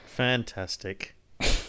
Fantastic